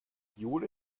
jule